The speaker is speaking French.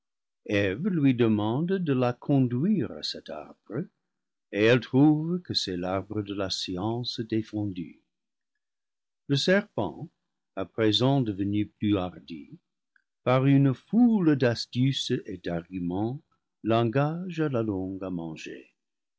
eve lui demande de la conduire à cet arbre et elle trouve que c'est l'arbre de la science défendue le serpent à présent devenu plus hardi par une foule d'astuces et d'arguments l'engage à la longue à manger